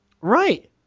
Right